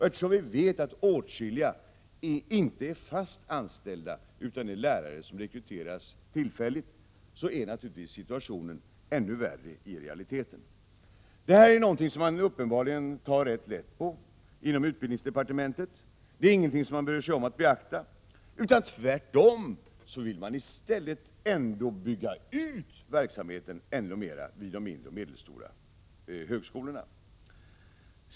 Eftersom vi vet att åtskilliga inte är fast anställda utan är lärare som rekryteras tillfälligt, är naturligtvis situationen i realiteten ännu värre. Det är uppenbarligen en situation som man tar lätt på i utbildningsdepartementet. Det är ingenting som man bryr sig om att beakta, utan tvärtom vill manistället bygga ut verksamheten ännu mera vid de mindre och medelstora högskolorna.